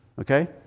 okay